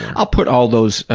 i'll put all those,